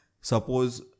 suppose